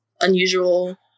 unusual